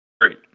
Great